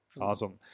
Awesome